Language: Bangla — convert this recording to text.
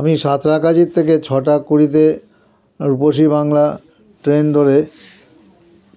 আমি সাঁতরাগাছির থেকে ছটা কুড়িতে রূপসী বাংলা ট্রেন ধরে